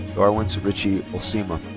darwins richie olcima.